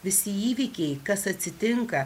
visi įvykiai kas atsitinka